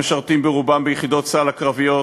המשרתים ברובם ביחידות צה"ל הקרביות,